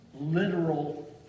literal